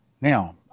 Now